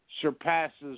Surpasses